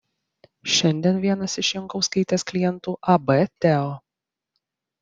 šiandien vienas iš jankauskaitės klientų ab teo